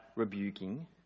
rebuking